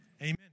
amen